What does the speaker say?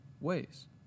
ways